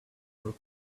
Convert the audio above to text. for